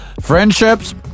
Friendships